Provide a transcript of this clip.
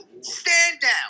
stand-down